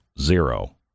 zero